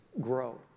grow